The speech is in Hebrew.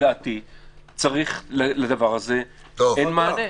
לדעתי לדבר הזה אין מענה,